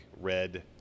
red